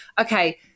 okay